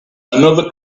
another